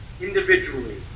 individually